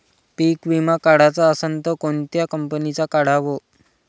पीक विमा काढाचा असन त कोनत्या कंपनीचा काढाव?